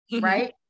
right